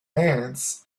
ants